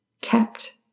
kept